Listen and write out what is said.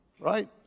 right